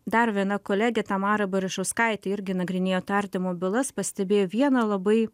dar viena kolegė tamara barišauskaitė irgi nagrinėjo tardymo bylas pastebėjo vieną labai